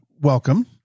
Welcome